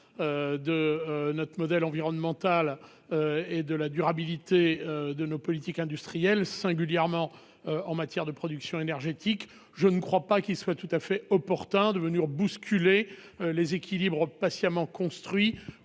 de notre modèle environnemental et de durabilité de nos politiques industrielles, singulièrement en matière de production énergétique. Je ne crois pas qu'il soit tout à fait opportun de venir bousculer, par une réforme qui